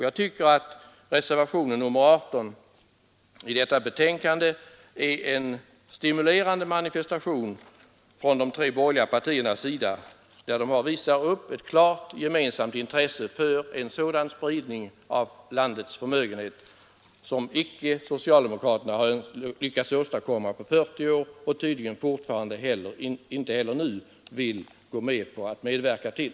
Jag tycker att reservationen 18 till detta betänkande är en stimulerande manifestation från de tre borgerliga partierna, där de visar upp ett klart gemensamt intresse för en sådan spridning av landets förmögenheter som socialdemokraterna icke har lyckats åstadkomma på 40 år och tydligen inte heller nu vill medverka till.